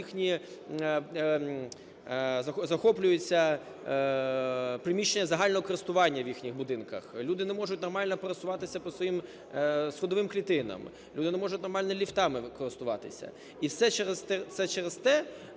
їхні… захоплюються приміщення загального користування в їхніх будинках, люди не можуть нормально пересуватися по своїх сходових клітинах, люди не можуть нормально ліфтами користуватися. І все через…